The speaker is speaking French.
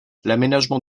l’aménagement